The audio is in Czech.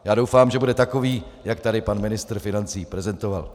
Já doufám, že bude takový, jak tady pan ministr financí prezentoval.